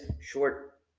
short